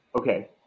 Okay